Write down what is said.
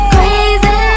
Crazy